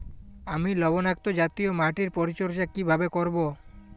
আমি লবণাক্ত জাতীয় মাটির পরিচর্যা কিভাবে করব?